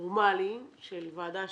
נורמלי של ועדה שממשיכה,